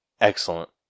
excellent